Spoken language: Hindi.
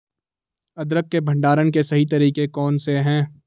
अदरक के भंडारण के सही तरीके कौन से हैं?